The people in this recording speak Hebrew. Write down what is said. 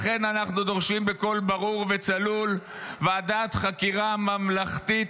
לכן אנחנו דורשים בקול ברור וצלול ועדת חקירה ממלכתית,